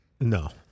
No